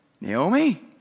Naomi